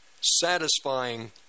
satisfying